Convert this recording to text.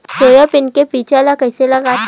Soybean के बीज ल कइसे लगाथे?